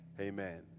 Amen